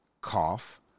cough